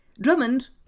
Drummond